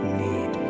need